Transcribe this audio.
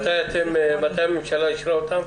מתי הממשלה אישרה אותן?